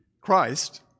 Christ